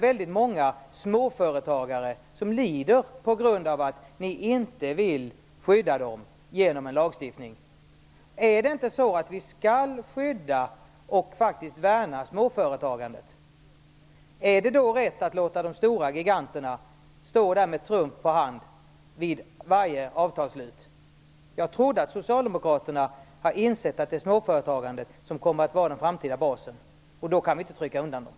Väldigt många småföretagare lider på grund av att ni inte vill skydda dem genom en lagstiftning. Skall vi inte skydda och faktiskt värna småföretagandet? Är det då rätt att låta de stora giganterna stå med trumf på hand vid varje avtalsslut? Jag trodde att socialdemokraterna har insett att det är småföretagandet som kommer att vara den framtida basen. Då kan vi inte trycka undan det.